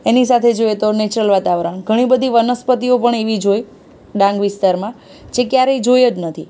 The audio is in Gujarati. એની સાથે જોઈએ તો નેચરલ વાતાવરણ ઘણીબધી વનસ્પતિઓ પણ એવી જોઈ ડાંગ વિસ્તારમાં જે ક્યારેય જોઈ જ નથી